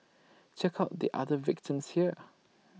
check out the other victims here